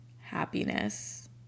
happiness